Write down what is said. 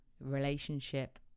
relationship